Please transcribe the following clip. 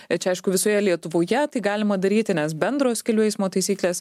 čia aišku visoje lietuvoje tai galima daryti nes bendros kelių eismo taisyklės